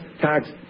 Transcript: tax